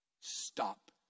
Stop